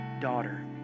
daughter